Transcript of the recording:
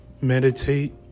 meditate